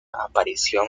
aparición